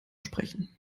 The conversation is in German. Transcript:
sprechen